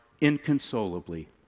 inconsolably